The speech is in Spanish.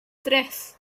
tres